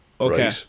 Okay